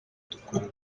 dukorana